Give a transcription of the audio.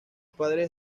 padres